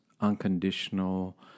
unconditional